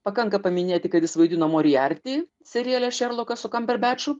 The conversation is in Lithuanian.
pakanka paminėti kad jis vaidino moriartį seriale šerlokas su kamberbeču